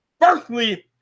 Firstly